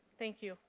thank you.